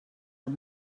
amb